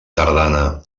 tardana